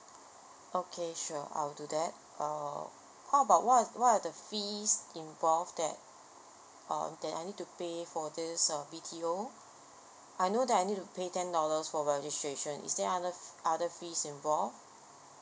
okay sure I'll do that uh how about what are what are the fees involved that uh that I need to pay for this uh B_T_O I know that I need to pay ten dollars for registration is there other other fee involved